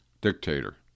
dictator